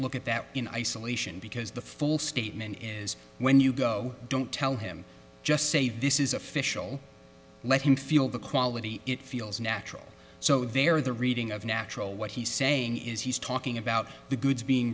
look at that in isolation because the full statement is when you go don't tell him just say this is official let him feel the quality it feels natural so there the reading of natural what he's saying is he's talking about the goods being